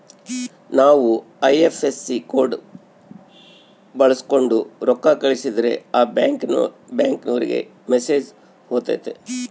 ನಾವು IFSC code ಬಳಕ್ಸೋಂಡು ರೊಕ್ಕ ಕಳಸಿದ್ರೆ ಆ ಬ್ಯಾಂಕಿನೋರಿಗೆ ಮೆಸೇಜ್ ಹೊತತೆ